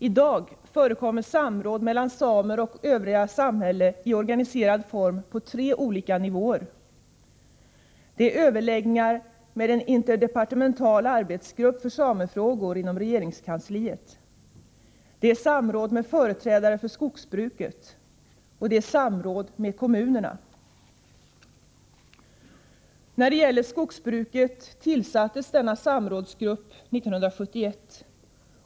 I dag förekommer samråd mellan samer och övriga samhället i organiserad form på tre olika nivåer: Överläggningar med en interdepartemental arbetsgrupp för samefrågor inom regeringskansliet, samråd med företrädare för skogsbruket samt samråd med kommunerna. För skogsbrukets del tillsattes en samrådsgrupp 1971.